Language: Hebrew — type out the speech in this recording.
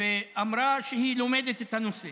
ואמרה שהיא לומדת את הנושא